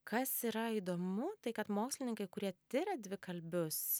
kas yra įdomu tai kad mokslininkai kurie tiria dvikalbius